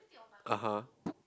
(uh huh)